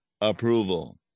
approval